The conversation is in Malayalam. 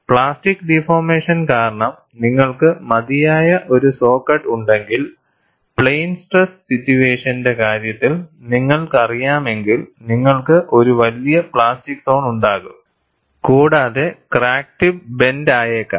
പ്ലാസ്റ്റിക് ഡിഫോർമേഷൻ കാരണം നിങ്ങൾക്ക് മതിയായ ഒരു സോ കട്ട് ഉണ്ടെങ്കിൽ പ്ലെയിൻ സ്ട്രെസ് സിറ്റുവേഷന്റെ കാര്യത്തിൽ നിങ്ങൾക്കറിയാമെങ്കിൽ നിങ്ങൾക്ക് ഒരു വലിയ പ്ലാസ്റ്റിക് സോൺ ഉണ്ടാകും കൂടാതെ ക്രാക്ക് ടിപ്പ് ബ്ലെൻന്റ ആയേക്കാം